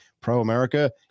pro-America